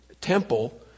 temple